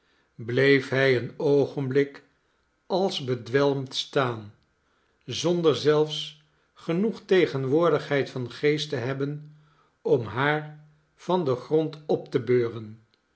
bleef hij een oogenblik als bedwelmd staan zonder zelfs genoeg tegenwoordigheid van geest te hebben om haar van den grond op te beuren